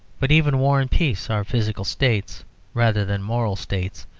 but even war and peace are physical states rather than moral states,